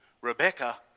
rebecca